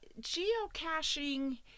Geocaching